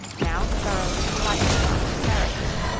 now thoroughly enlightened on her character,